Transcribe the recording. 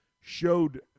showed